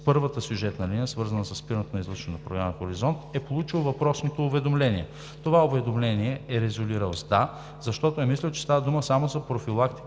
първата сюжетна линия, свързана със спирането на излъчването на програма „Хоризонт“, е получил въпросното уведомление. Това уведомление е резолирал с „да“, защото е мислел, че става дума само за профилактика